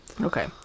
okay